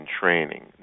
training